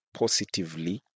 positively